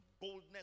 boldness